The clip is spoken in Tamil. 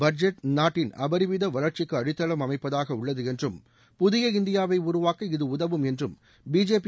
பட்ஜெட் நாட்டின் அபரிமித வளர்க்சிக்கு அடித்தளம் அமைப்பதாக உள்ளது என்றும் புதிய இந்தியாவை உருவாக்க இது உதவும் என்றம் பிஜேபி